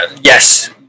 yes